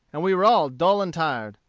and we were all dull and tired.